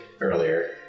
earlier